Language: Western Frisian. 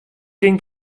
tink